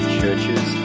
churches